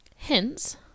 Hence